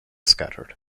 scattered